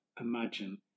imagine